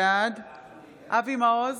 בעד אבי מעוז,